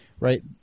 Right